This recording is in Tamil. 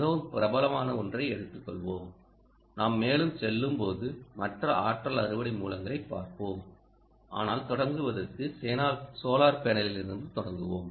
மிகவும் பிரபலமான ஒன்றை எடுத்துக்கொள்வோம் நாம் மேலும் செல்லும்போது மற்ற ஆற்றல் அறுவடை மூலங்களைப் பார்ப்போம் ஆனால் தொடங்குவதற்கு சோலார் பேனலில் இருந்து தொடங்குவோம்